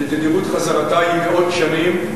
שתדירות חזרתה היא מאות שנים.